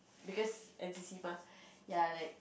because N_C_C mah ya like